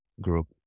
group